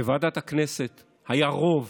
בוועדת הכנסת היה רוב